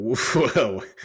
whoa